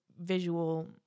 visual